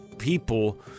People